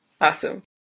Awesome